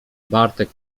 bartek